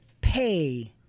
pay